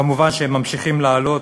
כמובן שהם ממשיכים לעלות,